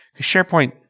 sharepoint